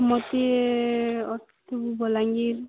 ମୋତେ ବାଲାଙ୍ଗୀର୍